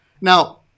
now